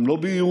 גם לא ביהירות,